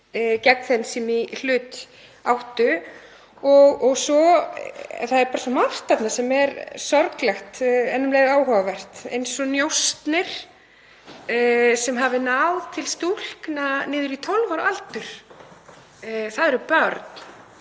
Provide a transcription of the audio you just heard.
gegn þeim sem í hlut áttu. Það er bara svo margt þarna sem er sorglegt en um leið áhugavert eins og njósnir sem hafi náð til stúlkna niður í 12 ára aldur. Það eru börn.